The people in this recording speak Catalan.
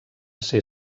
ser